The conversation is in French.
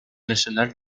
national